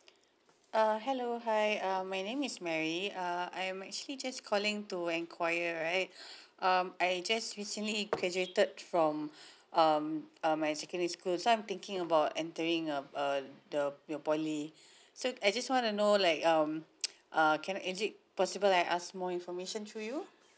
uh hello hi uh my name is mary uh I am actually just calling to enquiry right um I just recently graduated from um um my secondary school so I'm thinking about entering uh uh the the P_O_L_Y so I just wanna know like um err can I is it possible I ask more information to you